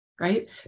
right